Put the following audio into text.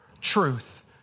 truth